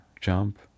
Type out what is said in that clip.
jump